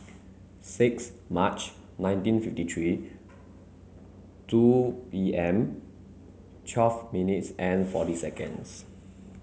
six March nineteen fifty three two P M twelve minutes and forty seconds